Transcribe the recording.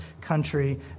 country